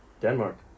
Denmark